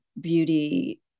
beauty